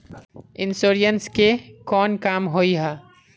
Insurance के कोन काम होय है?